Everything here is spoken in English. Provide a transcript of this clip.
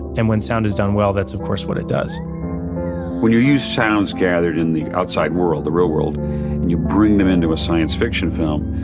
and when sound is done well, that's of course what it does when you use sounds gathered in the outside world, the real world, and you bring them into a science fiction film,